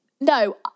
No